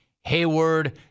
Hayward